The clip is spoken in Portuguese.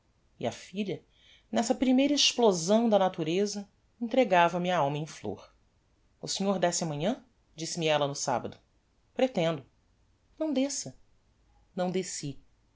e a filha nessa primeira explosão da natureza entregava me a alma em flôr o senhor desce amanhã disse-me ella no sabbado pretendo não desça não desci